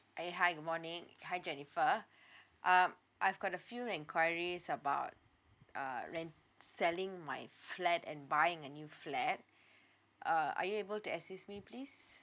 eh hi good morning hi jennifer um I've got a few enquiries about uh rent selling my flat and buying a new flat uh are you able to assist me please